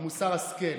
מוסר ההשכל.